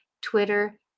Twitter